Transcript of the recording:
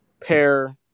pair